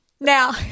now